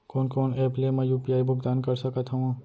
कोन कोन एप ले मैं यू.पी.आई भुगतान कर सकत हओं?